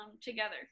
together